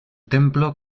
templo